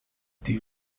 die